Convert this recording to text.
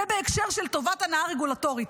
זה בהקשר של טובת הנאה רגולטורית.